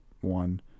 one